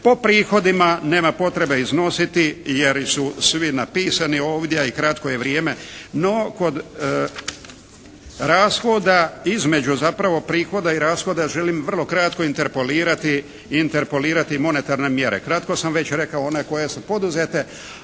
Po prihodima nema potrebe iznositi jer su svi napisani ovdje, a i kratko je vrijeme, no kod rashoda između zapravo prihoda i rashoda želim vrlo kratko interpolirati monetarne mjere. Kratko sam već rekao one koje su poduzete,